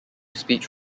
speech